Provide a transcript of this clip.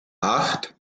acht